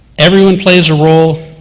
everyone plays a role,